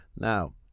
Now